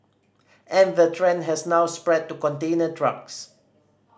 and the trend has now spread to container trucks